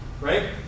right